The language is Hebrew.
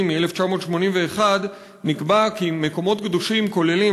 מ-1981 נקבע כי מקומות קדושים כוללים,